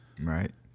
Right